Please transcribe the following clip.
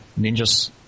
ninjas